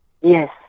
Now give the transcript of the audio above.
Yes